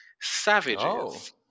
Savages